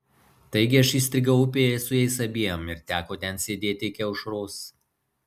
taigi aš įstrigau upėje su jais abiem ir teko ten sėdėti iki aušros